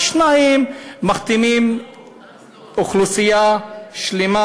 ודבר שני, מכתימים אוכלוסייה שלמה.